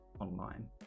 online